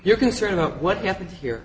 you're concerned about what happened here